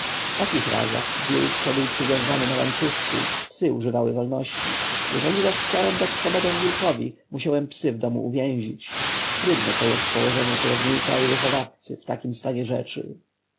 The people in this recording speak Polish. w takich razach wilk szedł przywiązany na łańcuszku psy używały wolności jeżeli zaś chciałem dać swobodę wilkowi musiałem psy w domu uwięzić trudne to jest położenie kierownika i wychowawcy w takim stanie rzeczy